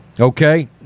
Okay